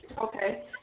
okay